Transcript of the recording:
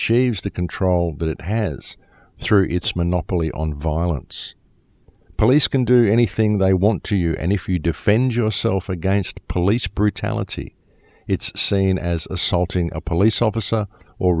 s the control but it has through its monopoly on violence police can do anything they want to you and if you defend yourself against police brutality it's seen as assaulting a police officer or